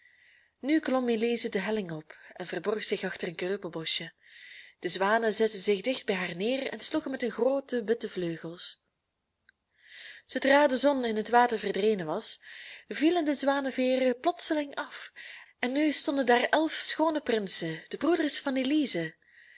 nu klom elize de helling op en verborg zich achter een kreupelboschje de zwanen zetten zich dicht bij haar neer en sloegen met hun groote witte vleugels zoodra de zon in het water verdwenen was vielen de zwaneveeren plotseling af en nu stonden daar elf schoone prinsen de broeders van elize